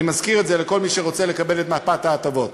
אני מזכיר את זה לכל מי שרוצה לקבל את מפת ההטבות.